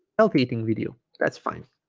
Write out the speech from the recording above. health eating video that's fine